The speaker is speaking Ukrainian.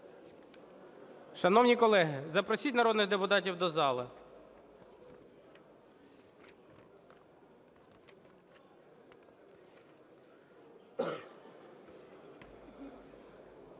Шановні колеги, запросіть народних депутатів до зали.